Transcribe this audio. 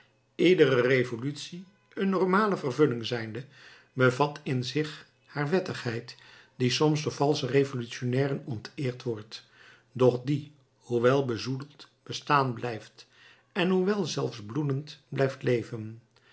iedere revolutie een normale vervulling zijnde bevat in zich haar wettigheid die soms door valsche revolutionnairen onteerd wordt doch die hoewel bezoedeld bestaan blijft en hoewel zelfs bloedend blijft leven